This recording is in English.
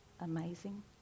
amazing